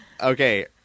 Okay